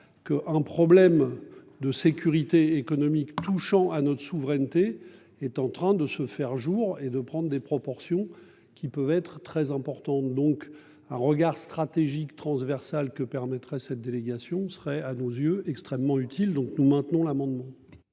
que un problème de sécurité économique touchant à notre souveraineté est en train de se faire jour et de prendre des proportions qui peuvent être très importantes. Donc ah regard stratégique transversal que permettrait cette délégation serait à nos yeux, extrêmement utile. Donc nous maintenons l'amendement.